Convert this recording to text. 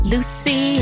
Lucy